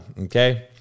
Okay